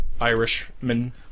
Irishman